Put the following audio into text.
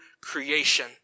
creation